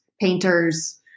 painters